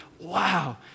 wow